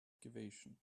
excavation